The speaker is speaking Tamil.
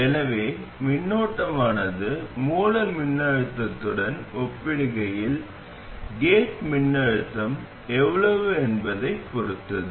எனவே மின்னோட்டமானது மூல மின்னழுத்தத்துடன் ஒப்பிடுகையில் கேட் மின்னழுத்தம் எவ்வளவு என்பதைப் பொறுத்தது